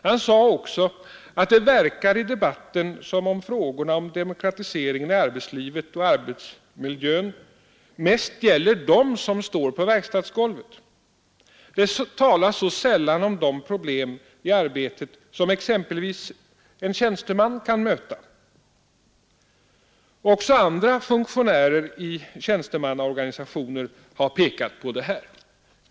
Han sade också att det verkar i debatten som om frågorna om demokratisering i arbetslivet och arbetsmiljön mest gäller dem som står på verkstadsgolvet. Det talas så sällan om de problem i arbetet som exempelvis en tjänsteman kan möta. Också andra funktionärer i tjänstemannaorganisationer har pekat på det här.